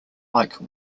like